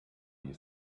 you